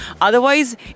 Otherwise